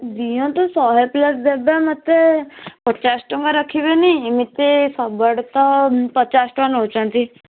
ଦିଅନ୍ତୁ ଶହେ ପ୍ଲେଟ୍ ଦେବେ ମୋତେ ପଚାଶ ଟଙ୍କା ରଖିବେନି ଏମିତି ସବୁଆଡ଼େ ତ ପଚାଶ ଟଙ୍କା ନେଉଛନ୍ତି